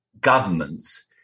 governments